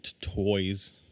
toys